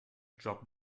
job